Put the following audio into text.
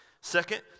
Second